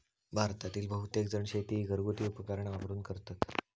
भारतातील बहुतेकजण शेती ही घरगुती उपकरणा वापरून करतत